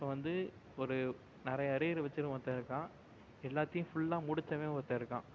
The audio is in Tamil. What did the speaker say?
இப்போ வந்து ஒரு நிறைய அரியர் வச்சிருக்கவன் ஒருத்தன் இருக்கான் எல்லாத்தேயும் ஃபுல்லாக முடிச்சவன் ஒருத்தன் இருக்கான்